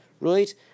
right